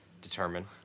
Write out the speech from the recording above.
determine